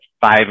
five